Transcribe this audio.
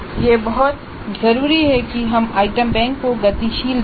यह बहुत जरूरी है कि हम आइटम बैंक को गतिशील रखें